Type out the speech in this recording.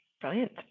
Brilliant